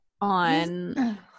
on